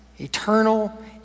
eternal